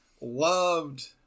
loved